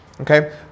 Okay